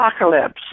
apocalypse